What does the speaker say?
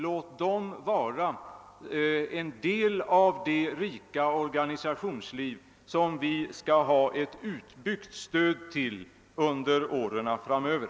Låt dem vara en del av det rika organisationsliv som vi skall ge ett utbyggt stöd under åren framöver!